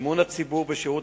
אמון הציבור בשירות